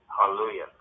Hallelujah